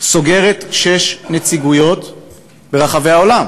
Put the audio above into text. סוגרת שש נציגויות ברחבי העולם?